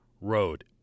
road